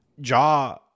Jaw